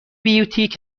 بیوتیک